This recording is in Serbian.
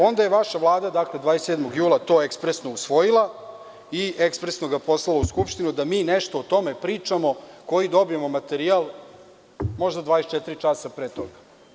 Onda je vaša vlada 27. jula to ekspresno usvojila i ekspresno ga poslala u Skupštinu da mi nešto o tome pričamo, koji dobijamo materijal možda 24 časa pre toga.